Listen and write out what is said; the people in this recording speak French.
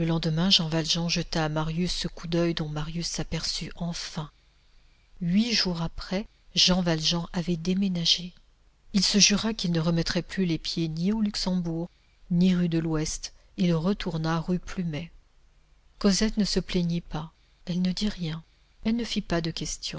lendemain jean valjean jeta à marius ce coup d'oeil dont marius s'aperçut enfin huit jours après jean valjean avait déménagé il se jura qu'il ne remettrait plus les pieds ni au luxembourg ni rue de l'ouest il retourna rue plumet cosette ne se plaignit pas elle ne dit rien elle ne fit pas de questions